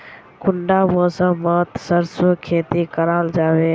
कुंडा मौसम मोत सरसों खेती करा जाबे?